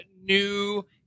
new